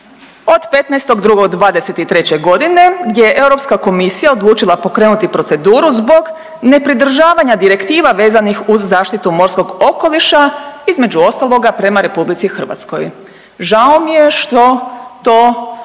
od 15.2.'23. godine gdje je Europska komisija odlučila pokrenuti proceduru zbog nepridržavanja direktiva vezanih uz zaštitu morskog okoliša između ostaloga prema RH. Žao mi je što to